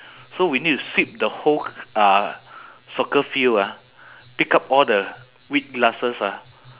so we need to sweep the whole uh soccer field ah pick up all the weed grasses ah